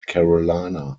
carolina